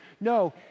No